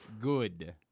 Good